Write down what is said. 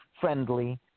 friendly